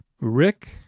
Rick